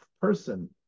person